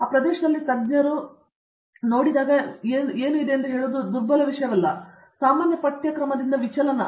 ಆ ಪ್ರದೇಶದಲ್ಲಿ ತಜ್ಞರು ನೋಡಿದರೆ ಏನೂ ಅಲ್ಲ ಎಂದು ಹೇಳುವುದು ಬಹಳ ದುರ್ಬಲ ವಿಷಯವಲ್ಲ ಆದರೆ ಸಾಮಾನ್ಯ ಪಠ್ಯಕ್ರಮದಿಂದ ವಿಚಲನ ಇರಬೇಕು